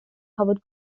covered